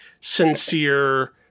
sincere